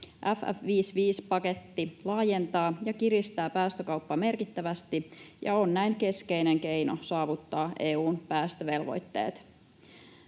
FF55-paketti laajentaa ja kiristää päästökauppaa merkittävästi ja on näin keskeinen keino saavuttaa EU:n päästövelvoitteet.